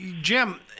Jim